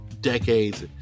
decades